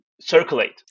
Circulate